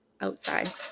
outside